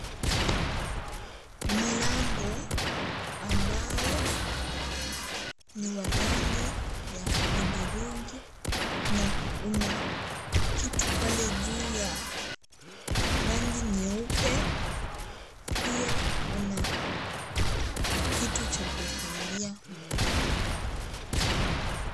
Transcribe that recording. Mlango ambao ni wa rangi ya hudhurungi, na una kitu pale juu ya rangi nyeupe, pia una kitu cha kufungia mlango.